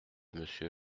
monsieur